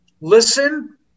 listen